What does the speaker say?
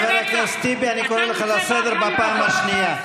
חבר הכנסת טיבי, אני קורא אותך לסדר בפעם השנייה.